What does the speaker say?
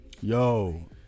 Yo